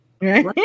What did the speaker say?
Right